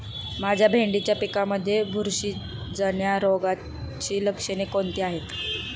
माझ्या भेंडीच्या पिकामध्ये बुरशीजन्य रोगाची लक्षणे कोणती आहेत?